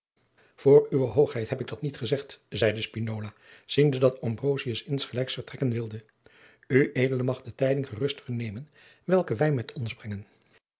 uwe h heb ik dat niet gezegd zeide spinola ziende dat ambrosius insgelijks vertrekken wilde ued mag de tijding gerust vernemen welke wij met ons brengen